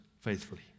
faithfully